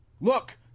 Look